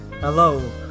Hello